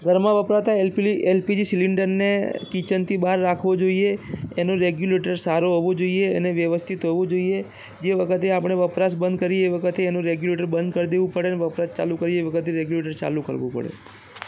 ઘરમાં વપરાતા LPD L P G સિલિન્ડરને કિચનથી બહાર રાખવું જોઇએ એનું રેગ્યુલેટર સારો હોવો જોઇએ અને વ્યવસ્થિત હોવું જોઇએ જે વખતે આપણે વપરાશ બંધ કરીએ તે પછી એનું રેગ્યુલેટર બંધ કર દેવું પડે અને વપરાશ ચાલુ કરીએ એ વખતે રેગ્યુલેટર ચાલું કરવું પડે